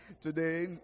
today